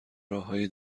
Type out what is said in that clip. راههای